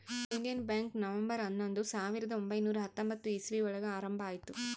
union bank November ಹನ್ನೊಂದು ಸಾವಿರದ ಒಂಬೈನುರ ಹತ್ತೊಂಬತ್ತು ಇಸ್ವಿ ಒಳಗ ಆರಂಭ ಆಯ್ತು